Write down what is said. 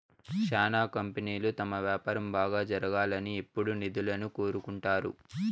శ్యానా కంపెనీలు తమ వ్యాపారం బాగా జరగాలని ఎప్పుడూ నిధులను కోరుకుంటారు